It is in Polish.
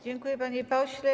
Dziękuję, panie pośle.